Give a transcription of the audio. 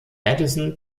madison